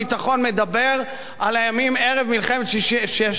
מדבר על הימים ערב מלחמת ששת הימים,